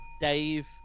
Dave